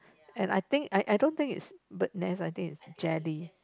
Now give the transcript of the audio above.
and I think I I don't think is bird nest I think is jelly